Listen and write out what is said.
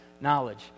knowledge